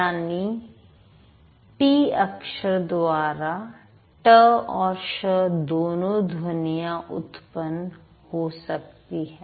यानी टी अक्षर द्वारा ट और श दोनों ध्वनियां उत्पन्न हो सकती है